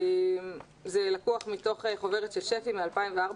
זה לקוח מתוך חוברת של שפ"י מ-2014.